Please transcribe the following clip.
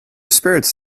spirits